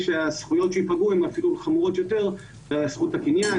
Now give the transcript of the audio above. הזכויות שייפגעו הן חמורות יותר בזכות הקניין,